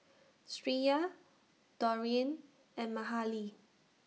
Shreya Dorian and Mahalie